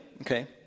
okay